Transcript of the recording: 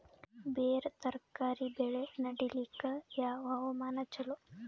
ಬೇರ ತರಕಾರಿ ಬೆಳೆ ನಡಿಲಿಕ ಯಾವ ಹವಾಮಾನ ಚಲೋ?